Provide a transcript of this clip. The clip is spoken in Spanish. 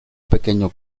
pequeño